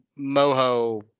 moho